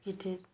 गिदिर